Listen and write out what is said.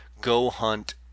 GoHunt